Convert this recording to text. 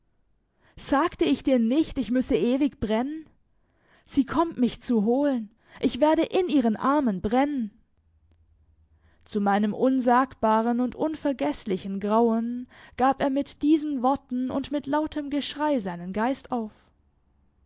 sagte ich dir nicht ich müsse ewig brennen sie kommt mich zu holen ich werde in ihren armen brennen zu meinem unsagbaren und unvergeßlichen grauen gab er mit diesen worten und mit lautem geschrei seinen geist auf